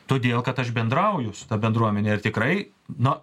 todėl kad aš bendrauju su ta bendruomene ir tikrai na